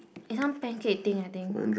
it's some pancake thing I think